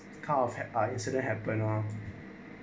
car of hit by ah incident happened lor